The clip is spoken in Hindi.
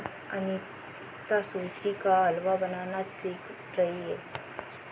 अनीता सूजी का हलवा बनाना सीख रही है